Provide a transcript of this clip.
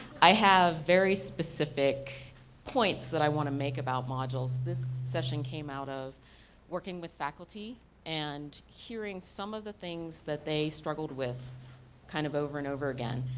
i have very specific points that i want to make about modules. this session came out of working with faculty and hearing some of the things that they struggled with kind of over and over again.